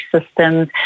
systems